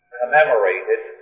commemorated